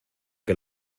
que